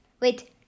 Wait